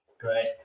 great